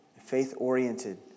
faith-oriented